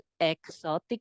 exotic